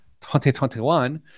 2021